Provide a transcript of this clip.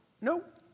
Nope